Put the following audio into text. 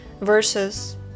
verses